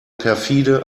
perfide